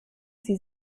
sie